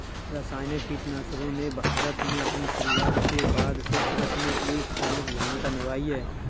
रासायनिक कीटनाशकों ने भारत में अपनी शुरूआत के बाद से कृषि में एक प्रमुख भूमिका निभाई है